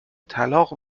طلاق